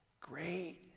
Great